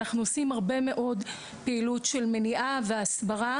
אנחנו עושים הרבה מאוד פעילות של מניעה והסברה